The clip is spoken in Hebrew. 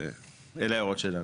אלה ההערות שלנו.